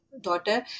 daughter